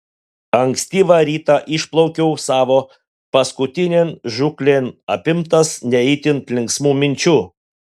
ankstyvą rytą išplaukiau savo paskutinėn žūklėn apimtas ne itin linksmų minčių